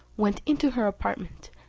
went into her apartment,